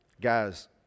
Guys